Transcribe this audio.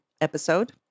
episode